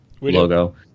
logo